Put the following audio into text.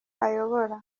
ayobora